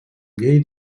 llei